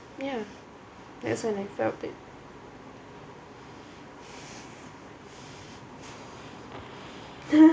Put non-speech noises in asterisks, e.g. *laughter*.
ya that's when I felt that *laughs*